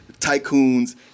tycoons